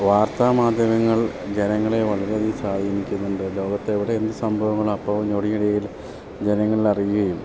വാർത്താ മാധ്യമങ്ങൾ ജനങ്ങളെ വളരെ അധികം സ്വാധീനിക്കുന്നുണ്ട് ലോകത്തെ എവിടെ എന്ത് സംഭവങ്ങളും അപ്പവും ഞൊടി ഇടയിൽ ജനങ്ങളിൽ അറിയുകയും